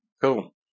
Cool